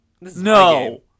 No